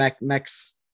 Max